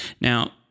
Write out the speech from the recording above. Now